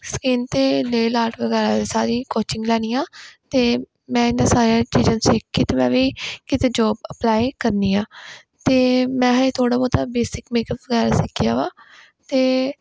skin 'ਤੇ ਲੇਅ ਲਾਟ ਵਗੈਰਾ ਸਾਰੀ ਕੋਚਿੰਗ ਲੈਣੀ ਆ ਅਤੇ ਮੈਂ ਇਹਨਾਂ ਸਾਰੀਆਂ ਚੀਜ਼ਾਂ ਨੂੰ ਸਿੱਖ ਕੇ ਅਤੇ ਮੈਂ ਵੀ ਕਿਤੇ ਜੋਬ ਅਪਲਾਈ ਕਰਨੀ ਆ ਅਤੇ ਮੈਂ ਹਜੇ ਥੋੜ੍ਹਾ ਬਹੁਤਾ ਬੇਸਿਕ ਮੇਕਅਪ ਵਗੈਰਾ ਸਿੱਖਿਆ ਵਾ ਅਤੇ